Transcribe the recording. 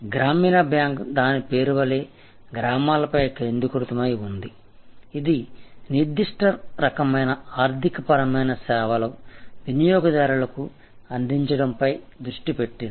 గ్రామీణ బ్యాంక్ దాని పేరువలె గ్రామాలపై కేంద్రీకృతమై ఉంది ఇది నిర్దిష్ట రకమైన ఆర్థికపరమైన సేవలు వినియోగదారులకు అందించడంపై దృష్టి పెట్టింది